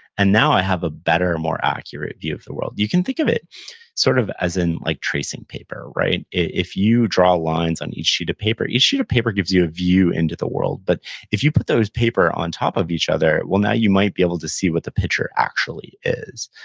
and now i have a better, more accurate view of the world. you can think of it sort of as in like tracing paper. if you draw lines on each sheet of paper, each sheet of paper gives you a view into the world, but if you put those paper on top of each other, well, now you might be able to see what the picture actually is,